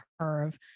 curve